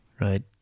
right